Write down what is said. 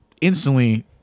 instantly